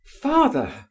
Father